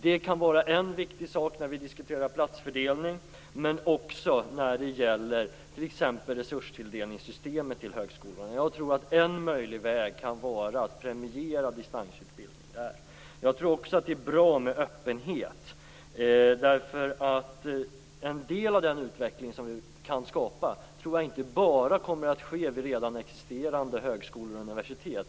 Det kan vara en viktig sak när vi diskuterar platsfördelning men också när det gäller t.ex. systemet för resurstilldelning till högskolorna. Jag tror att en möjlig väg kan vara att premiera distansutbildning där. Jag tror också att det är bra med öppenhet. Den utveckling som vi kan skapa tror jag inte bara kommer att ske vid redan existerande högskolor och universitet.